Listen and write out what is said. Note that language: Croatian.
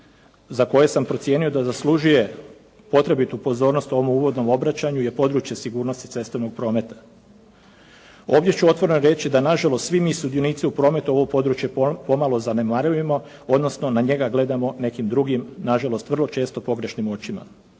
za koje sam procijenio da zaslužuje potrebitu pozornost u ovom uvodnom obraćanju je područje sigurnosti cestovnog prometa. Ovdje ću otvoreno reći da nažalost svi mi sudionici u prometu ovo područje pomalo zanemarujemo odnosno na njega gledamo nekim drugim, nažalost vrlo često pogrešnim očima.